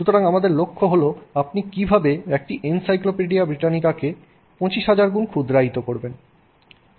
সুতরাং আমাদের লক্ষ্য হল আপনি কীভাবে একটি এনসাইক্লোপিডিয়া ব্রিটানিকাকে 25000 গুন ক্ষুদ্রায়িত করবেন